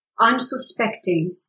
unsuspecting